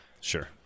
Sure